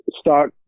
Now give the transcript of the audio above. Stock